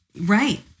right